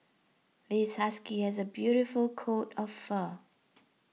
this husky has a beautiful coat of fur